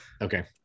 Okay